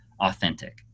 authentic